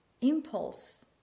impulse